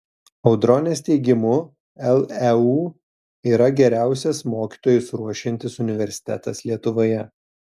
audronės teigimu leu yra geriausias mokytojus ruošiantis universitetas lietuvoje